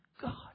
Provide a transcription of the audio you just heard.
God